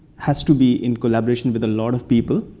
has to be in collaboration with a lot of people.